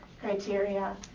criteria